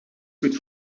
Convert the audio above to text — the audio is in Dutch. goed